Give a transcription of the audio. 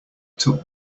took